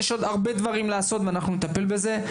יש עוד הרבה דברים לעשות ואנחנו נטפל בזה.